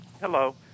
Hello